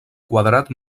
quadrat